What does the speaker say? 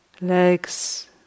legs